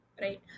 right